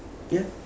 ya